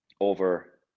over